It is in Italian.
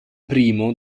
primo